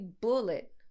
bullet